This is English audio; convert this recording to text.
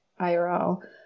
IRL